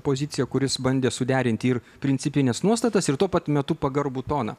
pozicija kuris bandė suderinti ir principines nuostatas ir tuo pat metu pagarbų toną